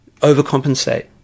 overcompensate